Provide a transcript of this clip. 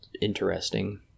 interesting